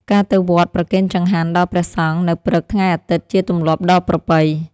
ការទៅវត្តប្រគេនចង្ហាន់ដល់ព្រះសង្ឃនៅព្រឹកថ្ងៃអាទិត្យជាទម្លាប់ដ៏ប្រពៃ។